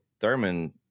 Thurman